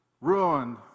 Ruined